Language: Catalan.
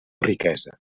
riquesa